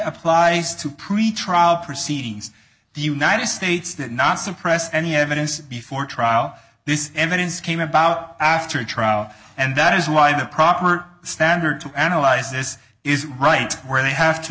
applies to pretrial proceedings the united states that not suppressed any evidence before trial this evidence came about after trial and that is why the proper standard to analyze this is right where they have to